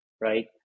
right